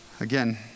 Again